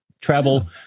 travel